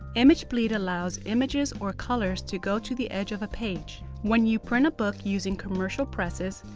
image bleed allows images or colors to go to the edge of a page. when you print a book using commercial presses,